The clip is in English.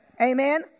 Amen